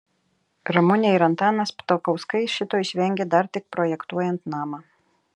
ramunė ir antanas ptakauskai šito išvengė dar tik projektuojant namą